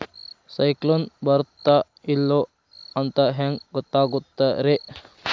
ಸೈಕ್ಲೋನ ಬರುತ್ತ ಇಲ್ಲೋ ಅಂತ ಹೆಂಗ್ ಗೊತ್ತಾಗುತ್ತ ರೇ?